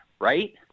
right